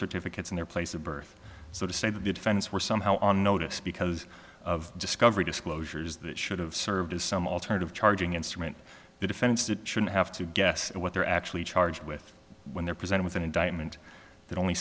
certificates in their place of birth so to say that good friends were somehow on notice because of discovery disclosures that should have served as some alternative charging instrument the defense that shouldn't have to guess what they're actually charged with when they're presented with an indictment that only